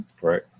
Right